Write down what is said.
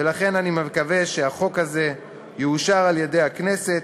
ולכן, אני מקווה שהחוק הזה יאושר על-ידי הכנסת.